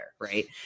Right